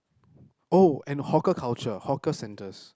oh and hawker culture hawker centres